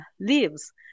leaves